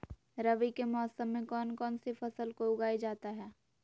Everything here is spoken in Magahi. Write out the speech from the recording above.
रवि के मौसम में कौन कौन सी फसल को उगाई जाता है?